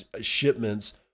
shipments